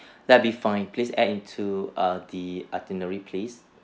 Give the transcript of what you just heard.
that be fine please add into err the itinerary please